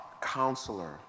counselor